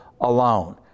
alone